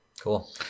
Cool